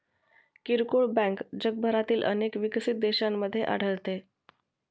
किरकोळ बँक जगभरातील अनेक विकसित देशांमध्ये आढळते